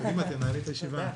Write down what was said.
קדימה, תנהלי את הישיבה.